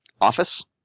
office